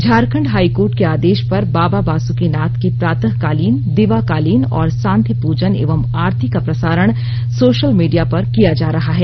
Jharkhand high court के आदेश पर बाबा बासुकीनाथ के प्रातःकालीन दिवाकालीन और सांध्य पूजन एवं आरती का प्रसारण सोशल मीडिया पर किया जा रहा है